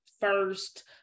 First